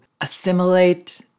assimilate